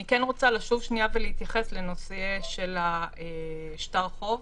אני כן רוצה לשוב ולהתייחס לנושא של שטר חוב